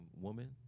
woman